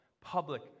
public